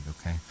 okay